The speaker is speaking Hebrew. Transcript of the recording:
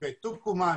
זהות יהודית אמיתית.